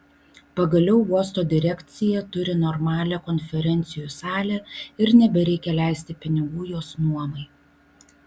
pagaliau uosto direkcija turi normalią konferencijų salę ir nebereikia leisti pinigų jos nuomai